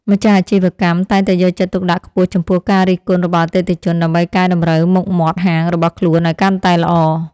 ម្ចាស់អាជីវកម្មតែងតែយកចិត្តទុកដាក់ខ្ពស់ចំពោះការរិះគន់របស់អតិថិជន ដើម្បីកែតម្រូវមុខមាត់ហាងរបស់ខ្លួនឱ្យកាន់តែល្អ។